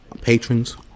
patrons